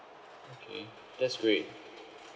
okay that's great